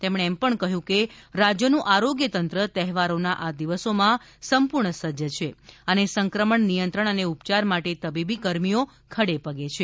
તેમણે કહ્યું કે રાજ્યનું આરોગ્ય તંત્ર તહેવારોના આ દિવસોમાં પૂર્ણ સજજ છે અને સંક્રમણ નિયંત્રણ અને ઉપયાર માટે તબીબી કર્મીઓ ખડે પગે છે